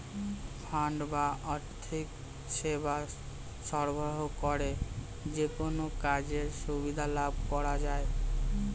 fund বা আর্থিক সেবা সরবরাহ করে যেকোনো কাজের সুবিধা লাভ করা যায়